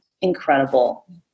Incredible